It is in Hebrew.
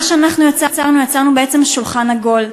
מה שאנחנו יצרנו, יצרנו בעצם שולחן עגול.